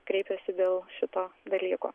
kreipiasi dėl šito dalyko